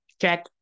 check